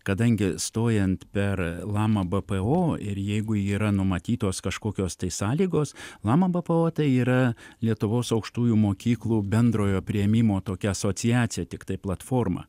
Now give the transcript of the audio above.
kadangi stojant per lama bpo ir jeigu yra numatytos kažkokios tai sąlygos lama bpo tai yra lietuvos aukštųjų mokyklų bendrojo priėmimo tokia asociacija tiktai platforma